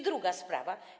Druga sprawa.